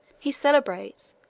he celebrates,